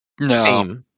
No